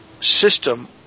system